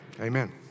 Amen